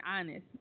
honest